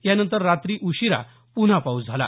यानंतर रात्री उशीरा पुन्हा पाऊस झाला